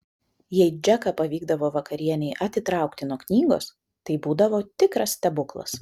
jei džeką pavykdavo vakarienei atitraukti nuo knygos tai būdavo tikras stebuklas